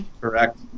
Correct